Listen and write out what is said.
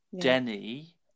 Denny